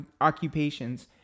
occupations